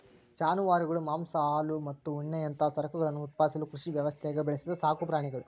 ಜಾನುವಾರುಗಳು ಮಾಂಸ ಹಾಲು ಮತ್ತು ಉಣ್ಣೆಯಂತಹ ಸರಕುಗಳನ್ನು ಉತ್ಪಾದಿಸಲು ಕೃಷಿ ವ್ಯವಸ್ಥ್ಯಾಗ ಬೆಳೆಸಿದ ಸಾಕುಪ್ರಾಣಿಗುಳು